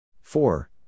four